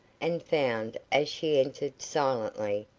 and found, as she entered, silently,